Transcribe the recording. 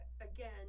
again